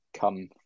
come